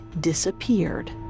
disappeared